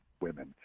women